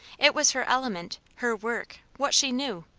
it was her element, her work, what she knew.